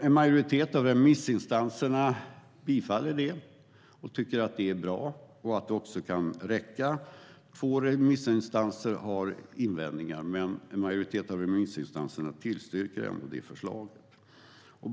En majoritet av remissinstanserna stöder detta och tycker att det är bra och att det kan räcka. Två remissinstanser har invändningar, men majoriteten tillstyrker alltså förslaget.